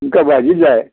आमकां भाजी जाय